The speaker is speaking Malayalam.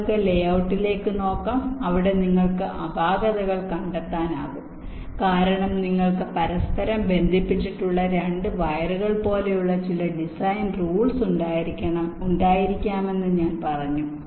നിങ്ങൾക്ക് ലേ ഔട്ടിലേക്ക് നോക്കാം അവിടെ നിങ്ങൾക്ക് അപാകതകൾ കണ്ടെത്താനാകും കാരണം നിങ്ങൾക്ക് പരസ്പരം ബന്ധിപ്പിച്ചിട്ടുള്ള 2 വയറുകൾ പോലെയുള്ള ചില ഡിസൈൻ റൂൾസ് ഉണ്ടായിരിക്കാമെന്ന് ഞാൻ പറഞ്ഞു